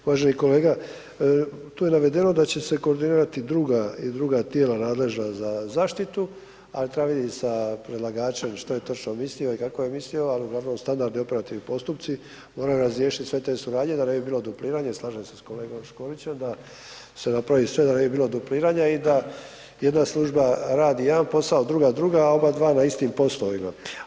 Uvaženi kolega, tu je navedeno da će se koordinirati i druga tijela nadležna za zaštitu a treba vidjeti sa predlagačem šta je točno mislio i kako je mislio ali uglavnom, standardni operativno postupci moraju razriješiti sve te suradnje da ne bi bilo dupliranja i slažem se sa kolegom Škorićem da se napravi sve da ne bi bilo dupliranja i da jedna služba radi jedan posao, druga drugi, a oba dva na istim poslovima.